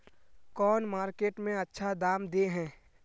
कौन मार्केट में अच्छा दाम दे है?